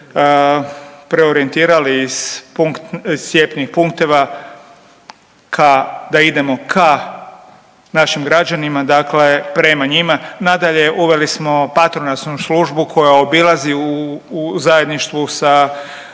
preorijentirali iz cjepnih punkteva ka, da idemo ka našim građanima, dakle prema njima. Nadalje, uveli smo patronažnu službu koja obilazi u zajedništvu sa